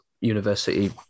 university